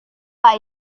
pak